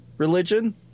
religion